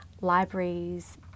libraries